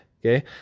okay